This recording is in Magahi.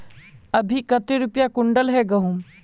अभी कते रुपया कुंटल है गहुम?